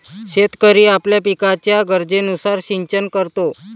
शेतकरी आपल्या पिकाच्या गरजेनुसार सिंचन करतो